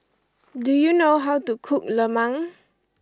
do you know how to cook Lemang